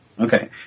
Okay